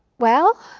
well,